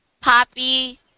Poppy